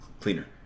cleaner